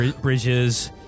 bridges